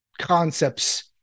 concepts